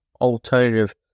alternative